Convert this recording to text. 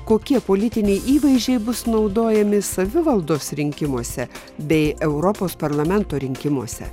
kokie politiniai įvaizdžiai bus naudojami savivaldos rinkimuose bei europos parlamento rinkimuose